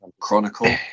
Chronicle